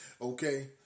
okay